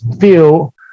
feel